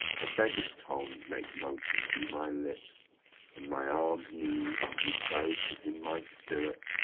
a beggar's tongue make motion through my lips and my arm'd knees, who bow'd but in my stirrup,